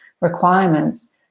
requirements